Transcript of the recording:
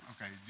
Okay